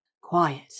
Quiet